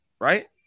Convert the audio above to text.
right